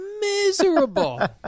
Miserable